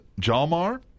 Jalmar